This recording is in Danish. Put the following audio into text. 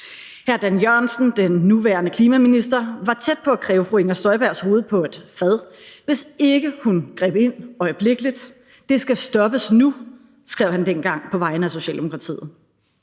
Hr. Dan Jørgensen, den nuværende klima- og energiminister, var tæt på at kræve fru Inger Støjbergs hoved på et fad, hvis hun ikke greb ind øjeblikkeligt. Det skal stoppes nu, skrev han dengang på vegne af Socialdemokratiet.